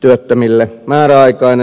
työttömille määräaikainen työpaikka